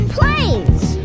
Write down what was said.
Planes